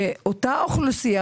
שאותה אוכלוסייה,